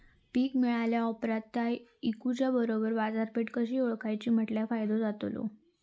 पीक मिळाल्या ऑप्रात ता इकुच्या बरोबर बाजारपेठ कशी ओळखाची म्हटल्या फायदो जातलो?